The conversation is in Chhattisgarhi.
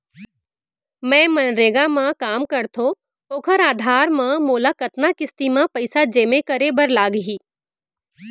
मैं मनरेगा म काम करथो, ओखर आधार म मोला कतना किस्ती म पइसा जेमा करे बर लागही?